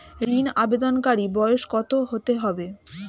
ঋন আবেদনকারী বয়স কত হতে হবে?